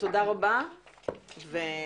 תודה רבה ובהצלחה.